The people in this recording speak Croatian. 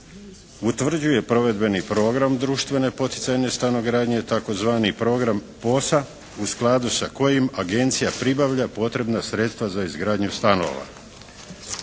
utvrđuje provedbeni program društvene poticajne stanogradnje, tzv. program POS-a u skladu sa kojim agencija pribavlja potrebna sredstva za izgradnju stanova.